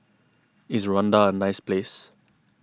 is Rwanda a nice place